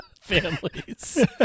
families